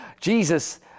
Jesus